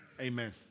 Amen